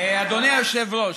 אדוני היושב-ראש,